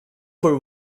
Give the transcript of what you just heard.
for